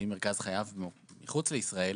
ואם מרכז חייו מחוץ לישראל